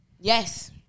Yes